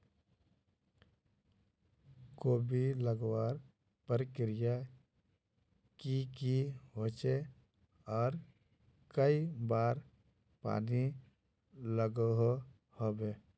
कोबी लगवार प्रक्रिया की की होचे आर कई बार पानी लागोहो होबे?